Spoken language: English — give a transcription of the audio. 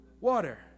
water